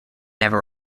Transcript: never